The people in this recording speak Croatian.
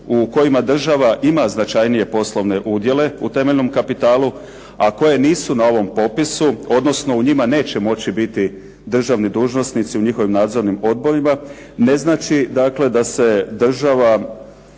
u kojima država ima značajnije poslovne udjele u temeljnom kapitalu, a koje nisu na ovom popisu, odnosno u njima neće moći biti državni dužnosnici u njihovim nadzornim odborima, ne znači dakle da